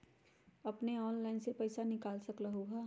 अपने ऑनलाइन से पईसा निकाल सकलहु ह?